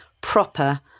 proper